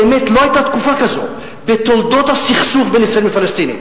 באמת לא היתה תקופה כזו בתולדות הסכסוך בין ישראלים לפלסטינים.